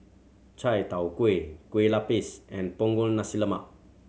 chai tow kway Kueh Lapis and Punggol Nasi Lemak